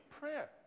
prayer